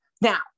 now